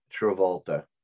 Travolta